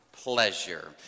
pleasure